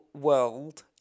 world